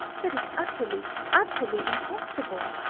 that is utterly utterly impossible!